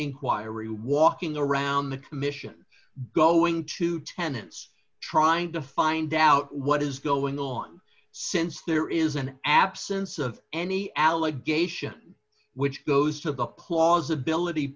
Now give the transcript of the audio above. inquiry walking around the commission go into tenants trying to find out what is going on since there is an absence of any allegation which goes to the plausibility